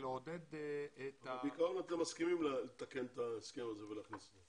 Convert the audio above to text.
ולעודד את ה --- בעיקרון אתם מסכימים לתקן את ההסכם ולהכניס אותם?